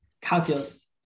Calculus